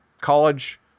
college